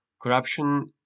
corruption